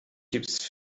keeps